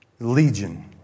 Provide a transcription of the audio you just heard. Legion